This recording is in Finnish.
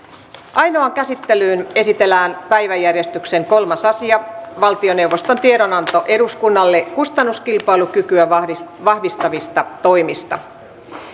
ainoaan käsittelyyn esitellään päiväjärjestyksen kolmas asia valtioneuvoston tiedonanto eduskunnalle kustannuskilpailukykyä vahvistavista vahvistavista toimista